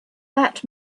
that